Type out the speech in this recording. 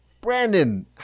Brandon